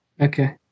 Okay